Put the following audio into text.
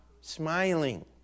smiling